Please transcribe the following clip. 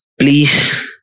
please